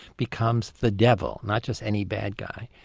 becomes the devil, not just any bad guy.